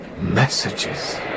Messages